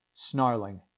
snarling